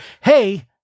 hey